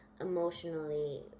emotionally